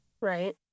Right